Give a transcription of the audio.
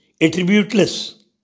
attributeless